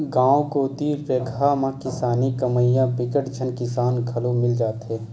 गाँव कोती रेगहा म किसानी कमइया बिकट झन किसान घलो मिल जाथे